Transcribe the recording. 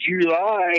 July